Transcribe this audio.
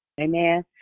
amen